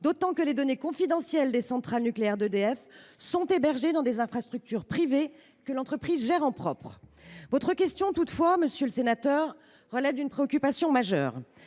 le d’AWS, les données confidentielles des centrales nucléaires d’EDF sont, par ailleurs, hébergées dans des infrastructures privées que l’entreprise gère en propre. Votre question, toutefois, monsieur le sénateur, relève d’une préoccupation majeure,